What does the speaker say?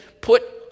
put